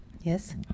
Yes